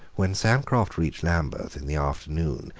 when sancroft reached lambeth, in the afternoon,